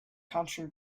county